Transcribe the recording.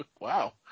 wow